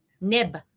Nib